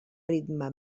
ritme